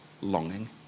longing